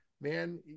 man